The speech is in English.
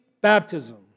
baptism